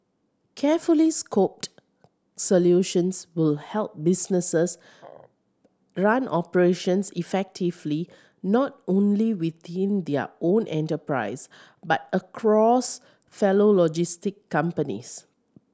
carefully scoped solutions will help businesses run operations effectively not only within their own enterprise but across fellow logistics companies